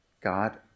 God